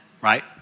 right